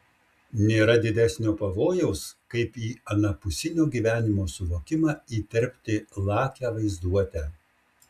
nėra didesnio pavojaus kaip į anapusinio gyvenimo suvokimą įterpti lakią vaizduotę